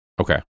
Okay